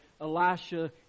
Elisha